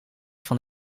van